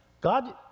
God